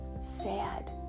Sad